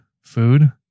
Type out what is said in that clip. food